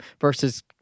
versus